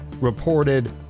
reported